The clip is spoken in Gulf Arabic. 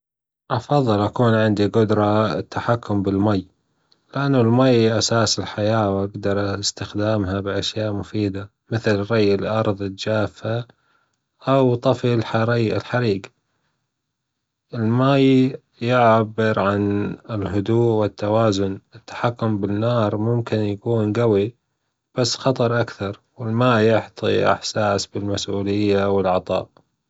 أفضل أكون عندي جدرة التحكم بالمي، لأنه المي أساس الحياة وأجدر أستخدمها بأشياء مفيدة مثل: ري الأرض الجافة أو طفي الحريج، الماي يعبر عن الهدوء والتوازن، التحكم بالنار ممكن يكون جوي بس خطر أكثر، والماء يعطي إحساس بالمسئولية والعطاء.